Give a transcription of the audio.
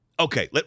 Okay